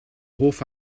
hoff